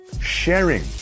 Sharing